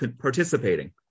participating